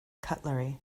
cutlery